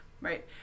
Right